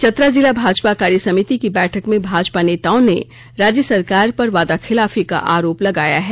चतरा जिला भाजपा कार्यसमिति की बैठक में भाजपा नेताओं ने राज्य सरकार पर वादाखिलाफी का आरोप लगाया है